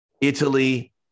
Italy